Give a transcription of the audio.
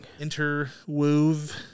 interwove